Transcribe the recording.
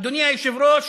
אדוני היושב-ראש,